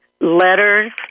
letters